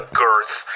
girth